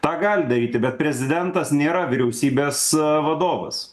tą gali daryti bet prezidentas nėra vyriausybės vadovas